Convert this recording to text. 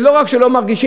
זה לא רק שלא מרגישים